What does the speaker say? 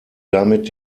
damit